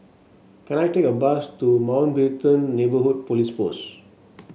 can I take a bus to Mountbatten Neighbourhood Police Post